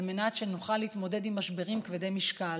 על מנת שנוכל להתמודד עם משברים כבדי משקל.